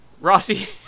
Rossi